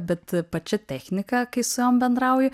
bet pačia technika kai su jom bendrauji